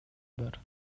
бар